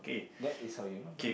that is how you know